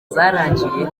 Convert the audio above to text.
zarangiye